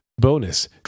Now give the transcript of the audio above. bonus